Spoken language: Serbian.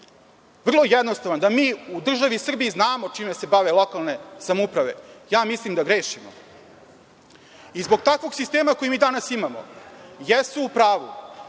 vrlo jednostavan, da mi u državi Srbiji znamo čime se bave lokalne samouprave, ja mislim da grešimo. Zbog takvog sistema koji mi danas imamo, jesu u pravu